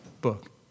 book